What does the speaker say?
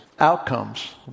outcomes